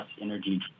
energy